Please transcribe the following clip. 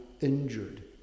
injured